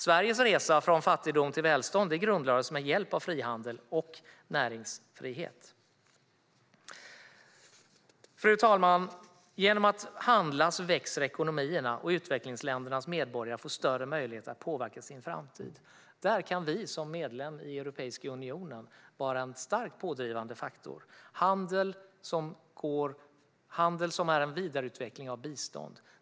Sveriges resa från fattigdom till välstånd grundlades med hjälp av frihandel och näringsfrihet. Fru talman! Genom handel växer ekonomierna, och utvecklingsländernas medborgare får större möjlighet att påverka sin framtid. Där kan vi som medlem i Europeiska unionen vara en stark pådrivande faktor genom handel som en vidareutveckling av bistånd.